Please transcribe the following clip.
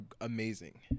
amazing